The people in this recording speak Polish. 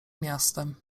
miastem